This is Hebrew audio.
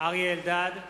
אריה אלדד,